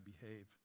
behave